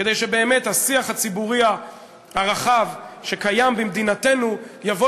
כדי שבאמת השיח הציבורי הרחב שקיים במדינתנו יבוא